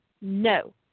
No